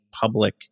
public